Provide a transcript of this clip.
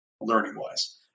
learning-wise